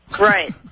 Right